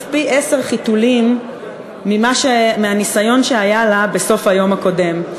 פי-עשרה חיתולים מהניסיון שהיה לה בסוף היום הקודם.